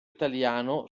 italiano